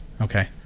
okay